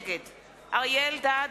נגד אריה אלדד,